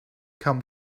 come